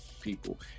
people